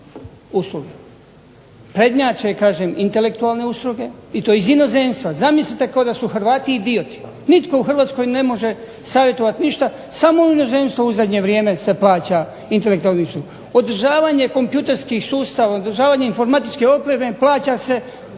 Prednjače kažem intelektualne usluge i to iz inozemstva. Zamislite kao da su Hrvati idioti. Nitko u Hrvatskoj ne može savjetovati ništa samo u inozemstvu u zadnje vrijeme se plaća intelektualne usluga. Održavanje kompjuterskih sustava, održavanje informatičke opreme plaća se